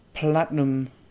Platinum